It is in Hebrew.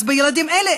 אז הילדים האלה,